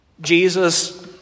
Jesus